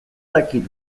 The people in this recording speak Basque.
dakit